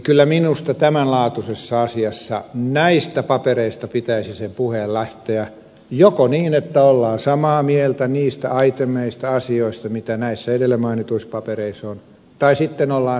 kyllä minusta tämän laatuisessa asiassa näistä papereista pitäisi sen puheen lähteä joko niin että ollaan samaa mieltä niistä aiheutuneista asioista mitä näissä edellä mainituissa papereissa on tai sitten ollaan selkeästi eri mieltä